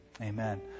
amen